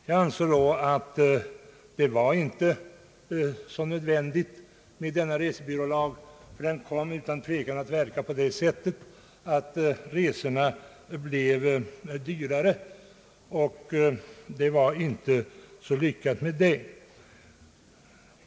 Jag ansåg då att det inte var så nödvändigt med en lagstiftning på detta område. Den skulle enligt mitt förmenande komma att verka så, att resorna blev dyrare vilket inte skulle vara särskilt lyckat.